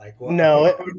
No